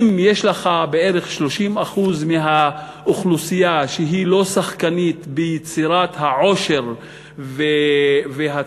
אם יש לך בערך 30% מהאוכלוסייה שהיא לא שחקנית ביצירת העושר והצמיחה,